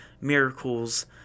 miracles